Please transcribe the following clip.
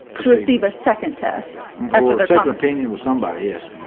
to receive a second test opinion with somebody? yes.